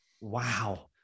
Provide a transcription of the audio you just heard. Wow